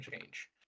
change